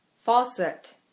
Faucet